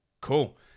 Cool